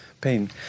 pain